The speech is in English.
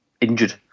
injured